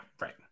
Right